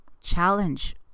challenge